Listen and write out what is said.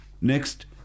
Next